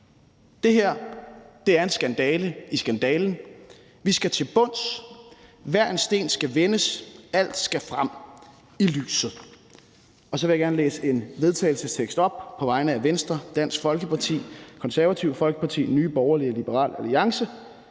Det her er en skandale i skandalen. Vi skal til bunds i det, hver en sten skal vendes, alt skal frem i lyset. Så vil jeg gerne læse en vedtagelsestekst op på vegne af Venstre, Dansk Folkeparti, Konservative Folkeparti, Nye Borgerlige og Liberal Alliance: